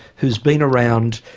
who's been around.